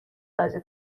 بازی